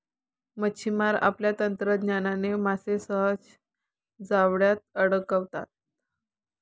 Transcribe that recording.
मच्छिमार आपल्या तंत्रज्ञानाने मासे सहज जाळ्यात अडकवतात